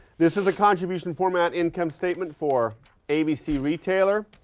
this is a contribution format income statement for abc retailer.